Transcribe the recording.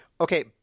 Okay